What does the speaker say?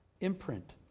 imprint